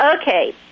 Okay